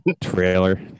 trailer